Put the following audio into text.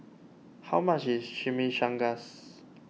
how much is Chimichangas